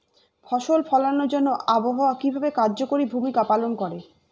ফসল ফলানোর জন্য আবহাওয়া কিভাবে কার্যকরী ভূমিকা পালন করে?